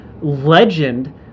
legend